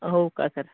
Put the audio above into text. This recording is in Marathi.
हो का सर